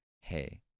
hey